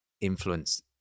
influence